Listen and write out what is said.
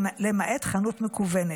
למעט חנות מקוונת.